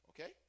okay